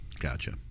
Gotcha